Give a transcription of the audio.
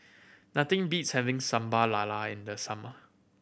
nothing beats having Sambal Lala in the summer